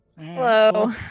Hello